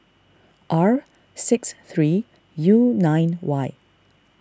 R six three U nine Y